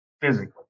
physically